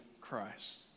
Christ